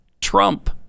Trump